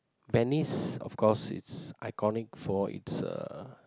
Venice of course it's iconic for it's uh